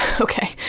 Okay